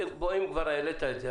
אם כבר העלית את זה,